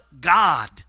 God